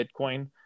Bitcoin